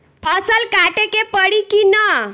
फसल काटे के परी कि न?